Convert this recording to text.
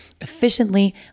efficiently